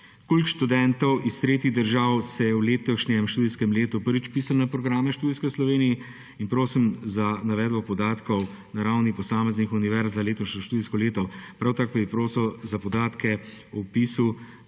Koliko študentov iz tretjih držav se je v letošnjem študijskem letu prvič vpisalo na študijske programe v Sloveniji? In prosim za navedbo podatkov na ravni posameznih univerz za letošnje študijsko leto. Prav tako bi prosil za podatke o vpisu